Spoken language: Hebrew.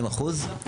מ-40%?